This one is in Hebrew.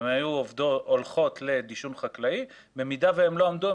הן היו הולכות לדישון חקלאי ובמידה והן לא עמדו,